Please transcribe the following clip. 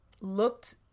Looked